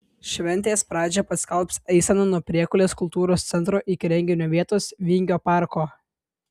šventės pradžią paskelbs eisena nuo priekulės kultūros centro iki renginio vietos vingio parko